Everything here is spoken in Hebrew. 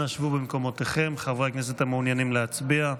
חברי הכנסת שמעוניינים להצביע,